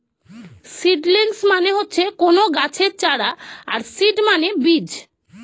seedlings মানে হচ্ছে কোনো গাছের চারা আর সিড মানে বীজ